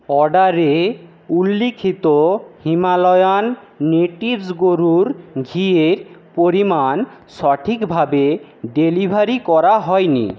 অর্ডারে উল্লিখিত Himalayan Natives গরুর ঘিয়ের পরিমাণ সঠিকভাবে ডেলিভারি করা হয় নি